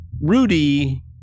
Rudy